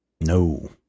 No